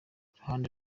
iruhande